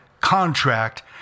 contract